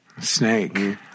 Snake